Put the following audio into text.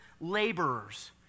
laborers